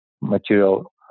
material